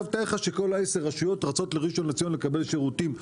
תאר לך שכל עשר הרשויות רצות לראשון לציון לקבל שירותים.